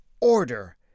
order